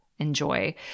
enjoy